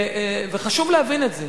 וחשוב להבין את זה.